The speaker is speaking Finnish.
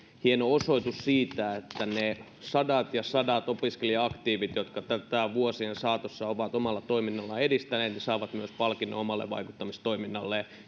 hieno osoitus siitä että ne sadat ja sadat opiskelija aktiivit jotka tätä vuosien saatossa ovat omalla toiminnallaan edistäneet saavat myös palkinnon omalle vaikuttamistoiminnalleen